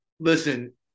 Listen